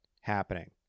happening